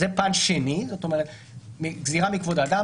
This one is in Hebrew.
זה פן של גזירה מכבוד האדם,